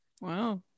Wow